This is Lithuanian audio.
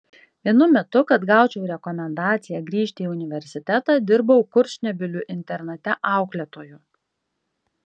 vienu metu kad gaučiau rekomendaciją grįžti į universitetą dirbau kurčnebylių internate auklėtoju